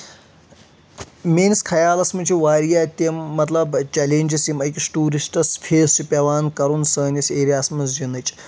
میٲنِس خیالَس منٛز چھ واریاہ تِم مطلب چیلنجز یِم أکِس ٹوٗرِسٹس فیس چھِ پیٚوان کرُن سٲنِس ایٚریاہَس منٛز یِنٕچ